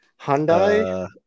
Hyundai